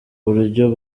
buryo